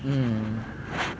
mm